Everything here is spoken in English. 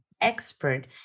expert